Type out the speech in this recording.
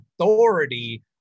authority